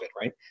right